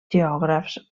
geògrafs